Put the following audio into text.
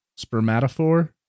Spermatophore